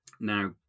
now